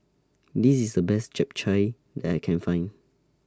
This IS The Best Japchae that I Can Find